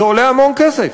זה עולה המון כסף,